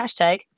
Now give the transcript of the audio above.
hashtag